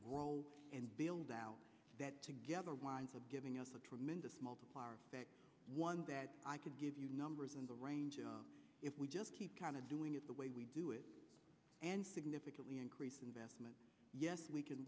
ll and build out that together winds up giving us a tremendous multiplier effect one that i could give you numbers in the range of if we just keep kind of doing it the way we do it and significantly increase investment yes we can